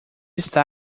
está